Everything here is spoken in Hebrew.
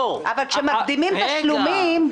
אומרת כשמקדימים תשלומים,